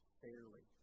fairly